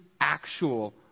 actual